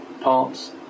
parts